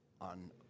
on